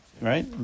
right